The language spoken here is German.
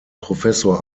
professor